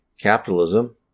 capitalism